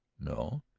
no.